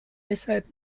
deshalb